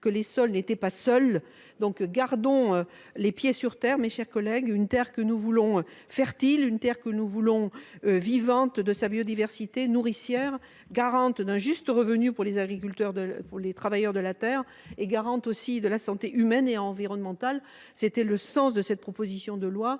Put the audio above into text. que les sols n’étaient pas seuls. Gardons les pieds sur terre, mes chers collègues, une terre que nous voulons fertile, vivante de sa biodiversité, nourricière, à même d’assurer un juste revenu pour les agriculteurs et les travailleurs de la terre et garante de la santé humaine et environnementale. C’était le sens de cette proposition de loi